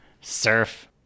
surf